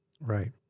Right